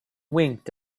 winked